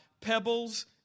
pebbles